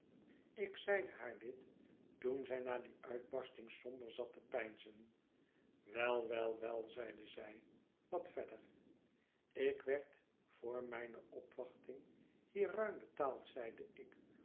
ik zeide haar dit toen zij na die uitbarsting somber zat te peinzen wel wel wel zeide zij wat verder ik werd voor mijne opwachting hier ruim betaald zeide ik